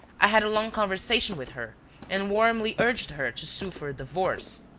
i had a long conversation with her and warmly urged her to sue for a divorce.